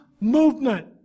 movement